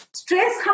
stress